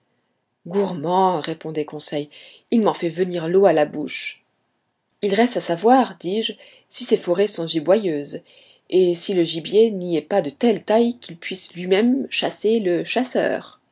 gourmand répondait conseil il m'en fait venir l'eau à la bouche il reste à savoir dis-je si ces forêts sont giboyeuses et si le gibier n'y est pas de telle taille qu'il puisse lui-même chasser le chasseur